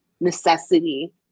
necessity